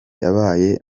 yabaye